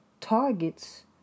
targets